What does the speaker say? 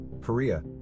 Korea